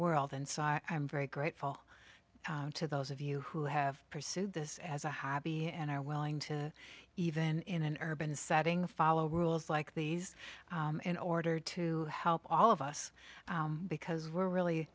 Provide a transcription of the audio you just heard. world and so i'm very grateful to those of you who have pursued this as a hobby and are willing to even in an urban setting follow rules like these in order to help all of us because we're really